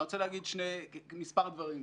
ואני רוצה להגיד מספר דברים קריטיים.